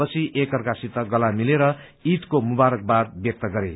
पछि एक अर्कासित गला मिलेर इदको मुबारकवाद व्यक्त गरे